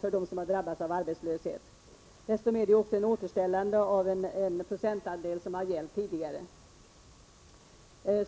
för dem som har drabbats av arbetslöshet. Det innebär också ett återställande av den procentandel som har gällt tidigare.